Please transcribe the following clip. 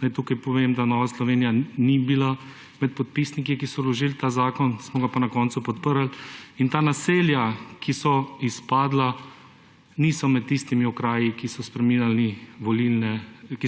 tukaj povem, da Nova Slovenija ni bila med podpisniki, ki so vložili ta zakon, smo ga pa na koncu podprli, in ta naselja, ki so izpadla, niso med tistimi okraji, kjer